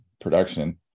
production